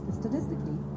statistically